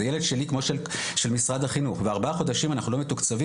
זה ילד שלי כמו של משרד החינוך וארבעה חודשים אנחנו לא מתוקצבים,